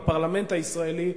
בפרלמנט הישראלי,